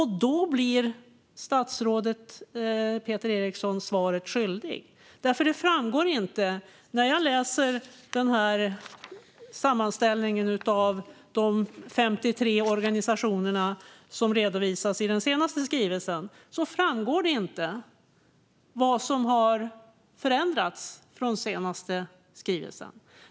Här blir statsrådet Peter Eriksson svaret skyldig, för i sammanställningen av de 53 organisationer som redovisas i den senaste skrivelsen framgår det inte vad som har förändrats efter den senaste skrivelsen.